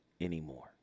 anymore